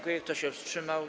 Kto się wstrzymał?